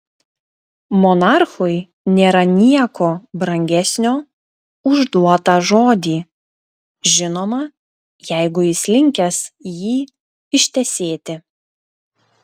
monarchui nėra nieko brangesnio už duotą žodį žinoma jeigu jis linkęs jį ištesėti